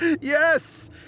Yes